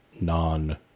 non